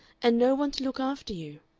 and no one to look after you.